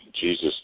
Jesus